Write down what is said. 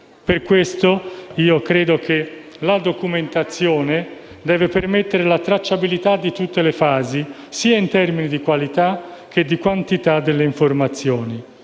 Per questo credo che la documentazione debba permettere la tracciabilità di tutte le fasi, in termini sia di qualità che di quantità delle informazioni,